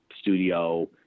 studio